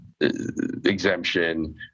exemption